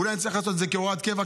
אולי נצליח לעשות את זה כהוראת קבע,